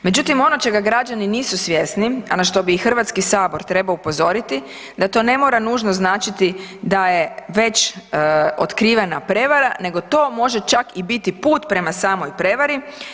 Međutim, ono čega građani nisu svjesni, a na što bi i Hrvatski sabor trebao upozoriti da to ne mora nužno značiti da je već otkrivena prevara nego to može čak i biti put prema samoj prevari.